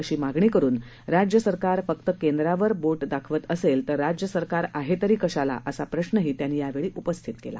अशी मागणी करुन राज्य सरकार फक्त केंद्रावर बोट दाखवत असद्वीतर राज्य सरकार आहत्रिरी कशाला असा प्रश्नही त्यांनी यावळी उपस्थित कला